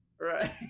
right